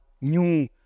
new